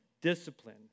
discipline